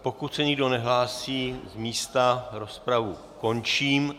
Pokud se nikdo nehlásí z místa, rozpravu končím.